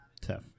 tough